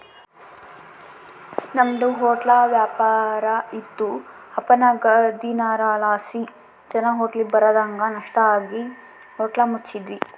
ನಮ್ದು ಹೊಟ್ಲ ವ್ಯಾಪಾರ ಇತ್ತು ಅಪನಗದೀಕರಣಲಾಸಿ ಜನ ಹೋಟ್ಲಿಗ್ ಬರದಂಗ ನಷ್ಟ ಆಗಿ ಹೋಟ್ಲ ಮುಚ್ಚಿದ್ವಿ